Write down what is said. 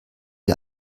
ihr